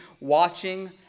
watching